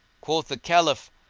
quoth the caliph,